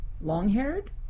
long-haired